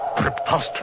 Preposterous